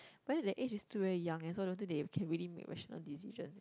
but then that age is still very young eh so don't think they can really make rational decisions